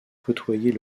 côtoyer